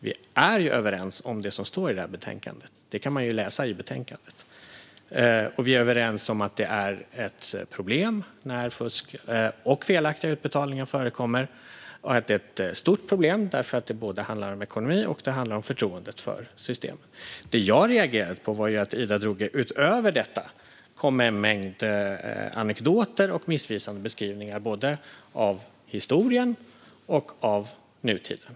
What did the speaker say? Vi är ju överens om det som står i detta betänkande - det kan man läsa i betänkandet - och vi är överens om att det är ett problem när fusk och felaktiga utbetalningar förekommer. Det är ett stort problem därför att det handlar om både ekonomi och förtroendet för systemet. Det jag regerade på var att Ida Drougge utöver detta kom med en mängd anekdoter och missvisande beskrivningar av både historien och nutiden.